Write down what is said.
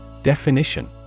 Definition